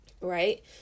Right